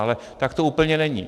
Ale tak to úplně není.